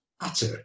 utter